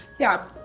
yeah,